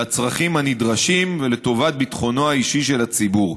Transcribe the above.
לצרכים הנדרשים ולטובת ביטחונו האישי של הציבור.